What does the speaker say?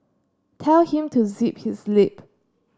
tell him to zip his lip